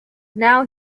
now